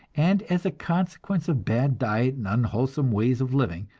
and as a consequence of bad diet and unwholesome ways of living,